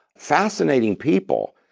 fascinating people,